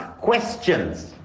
questions